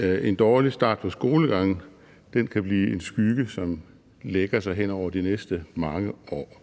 En dårlig start på skolegangen kan blive en skygge, som lægger sig hen over de næste mange år.